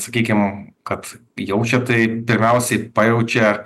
sakykim kad jaučia tai pirmiausiai pajaučia